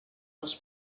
dels